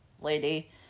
lady